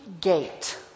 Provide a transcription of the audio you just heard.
gate